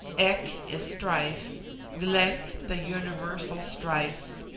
ek is strife glek, the universal strife.